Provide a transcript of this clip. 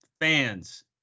Fans